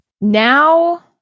Now